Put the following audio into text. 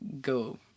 go